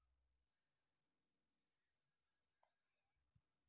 రక్షణ రంగానికి ఇచ్చే ఆటిల్లో సగానికి పైగా డబ్బులు మిలిటరీవోల్లకే బోతాయంట